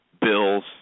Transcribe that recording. Bills